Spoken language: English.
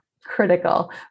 critical